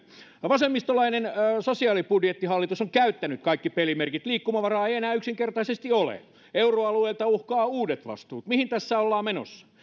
vasemmistolainen sosiaalibudjettihallitus on käyttänyt kaikki pelimerkit liikkumavaraa ei enää yksinkertaisesti ole euroalueelta uhkaavat uudet vastuut mihin tässä ollaan menossa